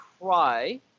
cry